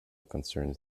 concerns